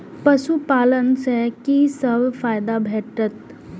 पशु पालन सँ कि सब फायदा भेटत?